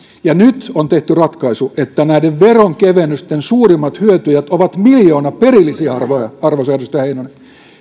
nyt on tehty ratkaisu että näiden veronkevennysten suurimmat hyötyjät ovat miljoonaperillisiä arvoisa arvoisa edustaja heinonen